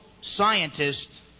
scientists